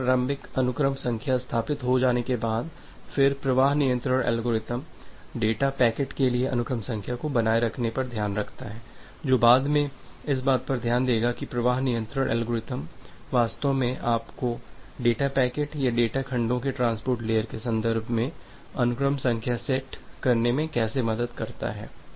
एक बार प्रारंभिक अनुक्रम संख्या स्थापित हो जाने के बाद फिर प्रवाह नियंत्रण एल्गोरिथ्म डेटा पैकेट के लिए अनुक्रम संख्या को बनाए रखने का ध्यान रखता है जो बाद में इस बात पर ध्यान देगा कि प्रवाह नियंत्रण एल्गोरिदम वास्तव में आपको डेटा पैकेट या डेटा खंडों के ट्रांसपोर्ट लेयर के संदर्भ में अनुक्रम संख्या सेट करने में कैसे मदद करता है